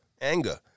anger